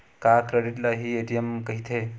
का क्रेडिट ल हि ए.टी.एम कहिथे?